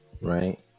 right